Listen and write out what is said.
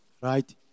Right